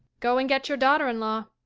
go and get your daughter-in-law.